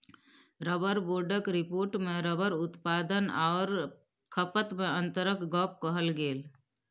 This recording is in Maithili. रबर बोर्डक रिपोर्टमे रबर उत्पादन आओर खपतमे अन्तरक गप कहल गेल